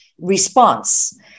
response